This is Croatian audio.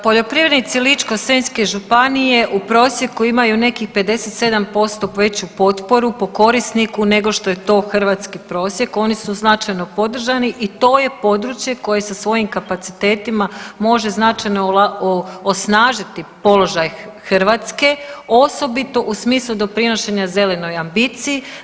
Poljoprivrednici Ličko-senjske županije u prosjeku imaju nekih 57% veću potporu po korisniku nego što je to hrvatski prosjek, oni su značajno podržani i to je područje koje sa svojim kapacitetima može značajno osnažiti položaj Hrvatske, osobito u smislu doprinošenja zelenoj ambiciji.